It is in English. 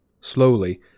Slowly